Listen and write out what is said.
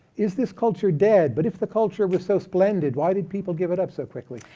is this culture dead? but if the culture was so splendid, why did people give it up so quickly?